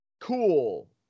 cool